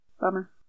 bummer